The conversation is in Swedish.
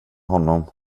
honom